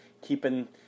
keeping